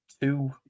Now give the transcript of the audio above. Two